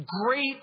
Great